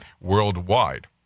worldwide